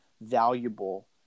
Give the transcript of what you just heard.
valuable